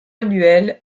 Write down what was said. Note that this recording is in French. annuelle